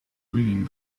reading